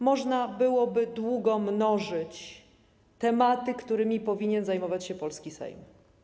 Można byłoby długo mnożyć tematy, którymi powinien zajmować się polski Sejm.